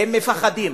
הם מפחדים.